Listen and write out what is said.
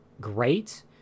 great